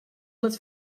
les